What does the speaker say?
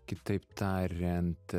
kitaip tariant